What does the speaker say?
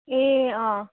ए अँ